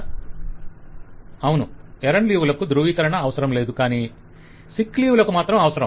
client అవును ఎరండు leave లకు ధృవీకరణ అవసరం లేదుకాని సిక్ లీవ్ లకు మాత్రం అవసరం